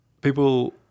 people